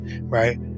right